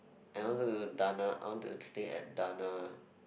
I want to go to Dana I want to stay at Dana